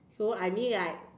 so I mean like